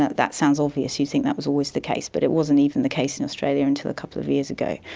that sounds obvious, you'd think that was always the case, but it wasn't even the case in australia until a couple of years ago.